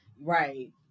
Right